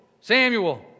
Samuel